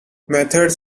methods